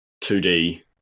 2D